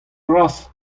vras